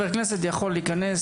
חבר כנסת יכול לבוא,